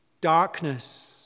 darkness